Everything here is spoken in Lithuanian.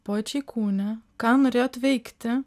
pojūčiai kūne ką norėjot veikti